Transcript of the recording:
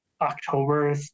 october